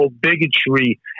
bigotry